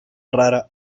rara